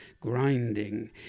grinding